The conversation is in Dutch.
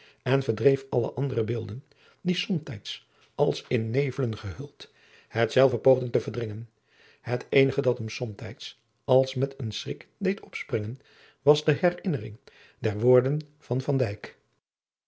en verdreef alle andere beelden die somtijds als in nevelen gehuld hetzelve poogden te verdringen het eenige dat hem somtijds als met een schrik deed opspringen was de herinnering der woorden van